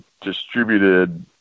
distributed